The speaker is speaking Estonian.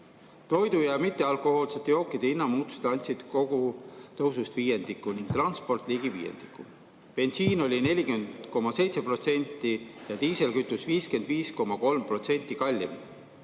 Toidu ja mittealkohoolsete jookide hinna muutused andsid kogutõusust viiendiku ning transport ligi viiendiku. Bensiin oli 40,7% ja diislikütus 55,3% kallim.